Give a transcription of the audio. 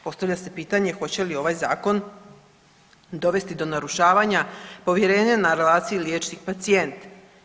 Postavlja se pitanje hoće li ovaj zakon dovesti do narušavanja povjerenja na relaciji liječnik pacijent?